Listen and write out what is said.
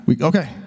Okay